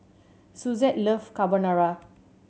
Suzette love Carbonara